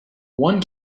one